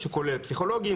שכולל פסיכולוגים,